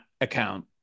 account